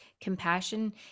Compassion